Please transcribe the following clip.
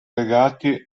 legati